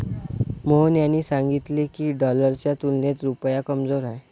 मोहन यांनी सांगितले की, डॉलरच्या तुलनेत रुपया कमजोर आहे